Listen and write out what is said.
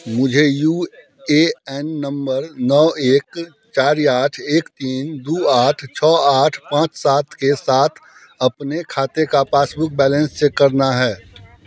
मुझे U A N number no एक चार आठ एक तीन दो आठ छः आठ पाँच सात के साथ अपने खाते का पासबुक बैलेंस चेक करना है